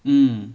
mm